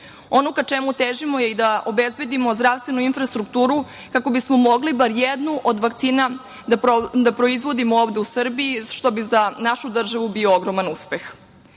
ka čemu težimo je i da obezbedimo zdravstvenu infrastrukturu kako bismo mogli bar jednu od vakcina da proizvodimo ovde u Srbiji, što bi za našu državu bio ogroman uspeh. Kako